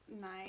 nice